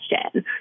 question